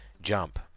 Jump